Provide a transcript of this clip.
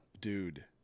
dude